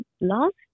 last